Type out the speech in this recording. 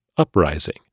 Uprising